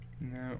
No